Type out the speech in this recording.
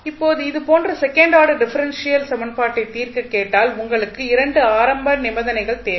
இப்போது இதுபோன்ற second order differential சமன்பாட்டைத் தீர்க்க கேட்டால் உங்களுக்கு 2 ஆரம்ப நிபந்தனைகள் தேவை